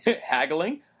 haggling